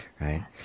right